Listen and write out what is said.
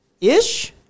ish